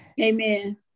amen